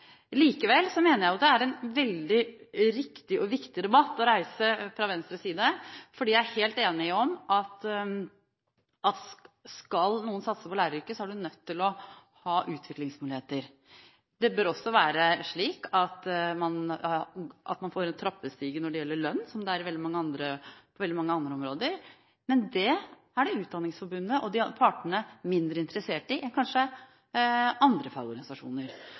Likevel mener jeg at det er en veldig riktig og viktig debatt å reise fra Venstres side, for vi er helt enige om at skal noen satse på læreryrket, er du nødt til å ha utviklingsmuligheter. Det bør også være slik at man får en trappestige når det gjelder lønn, som det er på veldig mange andre områder. Men det er Utdanningsforbundet og partene mindre interessert i enn kanskje andre fagorganisasjoner.